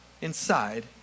inside